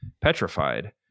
petrified